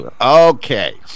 Okay